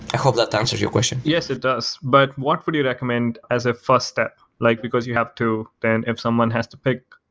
i hope that answers your question yes, it does. but what will you recommend as a first step like because you have to then if someone has to pick,